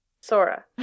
Sora